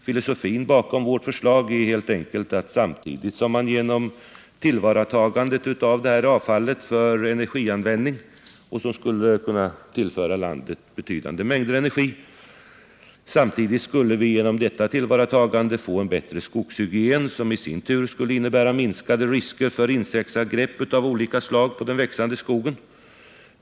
Filosofin bakom vårt förslag är helt enkelt att samtidigt som man genom tillvaratagandet av detta avfall för energianvändning, som skulle kunna tillföra landet betydande mängder energi, skulle vi få en bättre skogshygien som i sin tur skulle innebära minskade risker för insektsangrepp av olika slag på den växande skogen.